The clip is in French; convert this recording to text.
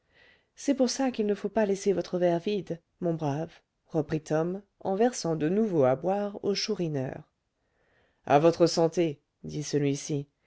c'est pour ça qu'il ne faut pas laisser votre verre vide mon brave reprit tom en versant de nouveau à boire au chourineur à votre santé dit celui-ci